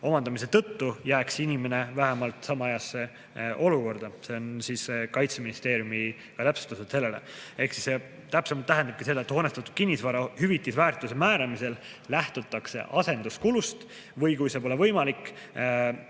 omandamist] jääks inimene vähemalt sama heasse olukorda. See on Kaitseministeeriumi täpsustus. See täpsemalt tähendabki seda, et hoonestatud kinnisvara hüvitisväärtuse määramisel lähtutakse asenduskulust või kui see pole võimalik,